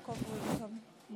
הצעת ועדת הכנסת בדבר